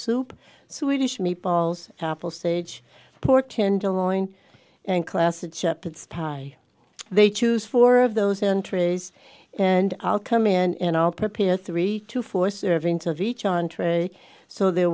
soup swedish meatballs apple sage pork tenderloin and classic shepherd's pie they choose four of those entries and i'll come in and i'll prepare three to four servings of each entree so there